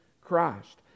Christ